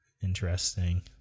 Interesting